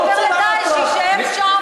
אז אוקיי, מי שחבר ל"דאעש", שיישאר שם.